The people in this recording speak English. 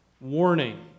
warning